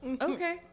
Okay